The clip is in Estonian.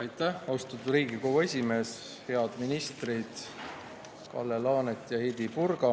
Aitäh, austatud Riigikogu esimees! Head ministrid Kalle Laanet ja Heidy Purga!